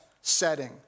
setting